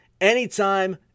anytime